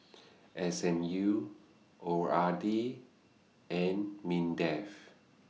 S M U O R D and Mindef